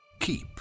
Keep